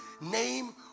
name